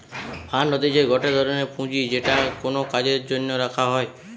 fund হতিছে গটে ধরনের পুঁজি যেটা কোনো কাজের জন্য রাখা হই